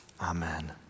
amen